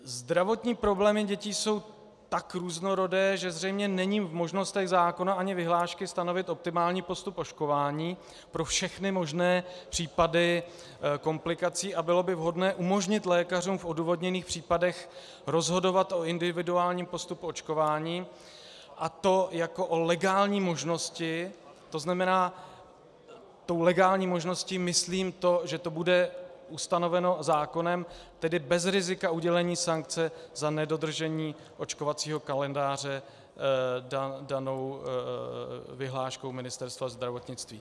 Zdravotní problémy dětí jsou tak různorodé, že zřejmě není v možnostech zákona ani vyhlášky stanovit optimální postup očkování pro všechny možné případy komplikací, a bylo by vhodné umožnit lékařům v odůvodněných případech rozhodovat o individuálním postupu očkování, a to jako o legální možnosti, tzn. tou legální možností myslím to, že to bude ustanoveno zákonem, tedy bez rizika udělení sankce za nedodržení očkovacího kalendáře daného vyhláškou Ministerstva zdravotnictví.